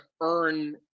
earn